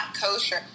kosher